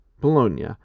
Bologna